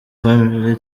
family